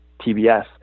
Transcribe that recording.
TBS